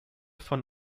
von